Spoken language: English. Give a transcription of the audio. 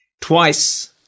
Twice